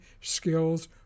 skills